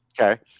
Okay